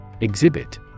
Exhibit